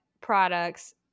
products